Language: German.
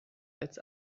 als